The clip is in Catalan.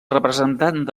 representant